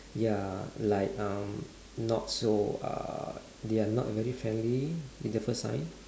ya like um not so err they are not very friendly in the first time